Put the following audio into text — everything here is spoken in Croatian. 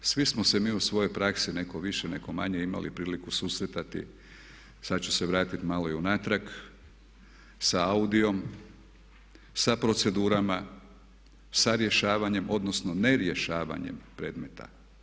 Svi smo se mi u svojoj praksi, netko više, netko manje imali priliku susretati, sada ću se vratiti malo i unatrag sa AUDI-om, sa procedurama, sa rješavanjem, odnosno ne rješavanjem predmeta.